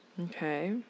okay